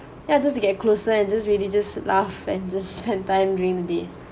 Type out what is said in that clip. ya just to get closer and just really just laugh and just spend time during the day